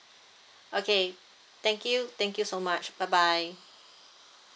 okay thank you thank you so much bye bye